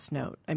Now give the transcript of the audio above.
note